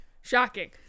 Shocking